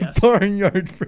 Barnyard